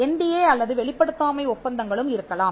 N D A அல்லது வெளிப்படுத்தாமை ஒப்பந்தங்களும் இருக்கலாம்